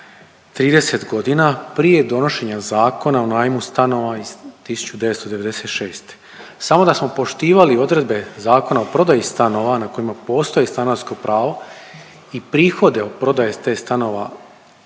30.g. prije donošenja Zakona o najmu stanova iz 1996.. Samo da smo poštivali odredbe Zakona o prodaji stanova na kojima postoji stanarsko pravo i prihode od prodaje tih stanova